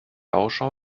ausschau